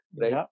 right